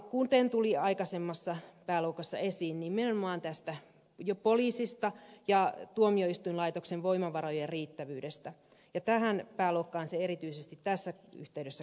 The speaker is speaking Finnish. aikaisempien pääluokkien kohdalla tuli esiin nimenomaan poliisin ja tuomioistuinlaitoksen voimavarojen riittävyys ja tähän pääluokkaan se erityisesti tässä yhteydessä kuuluu